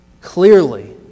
clearly